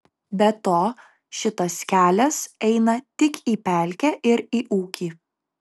be to šitas kelias eina tik į pelkę ir į ūkį